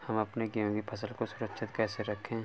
हम अपने गेहूँ की फसल को सुरक्षित कैसे रखें?